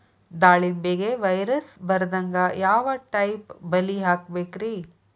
ದಾಳಿಂಬೆಗೆ ವೈರಸ್ ಬರದಂಗ ಯಾವ್ ಟೈಪ್ ಬಲಿ ಹಾಕಬೇಕ್ರಿ?